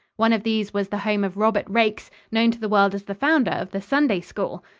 one of these was the home of robert raikes, known to the world as the founder of the sunday school.